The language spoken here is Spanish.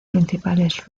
principales